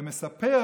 ומספר